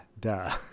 Duh